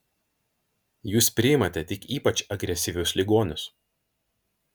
jūs priimate tik ypač agresyvius ligonius